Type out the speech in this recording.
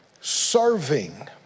serving